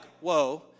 whoa